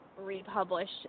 republished